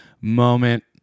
moment